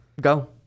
Go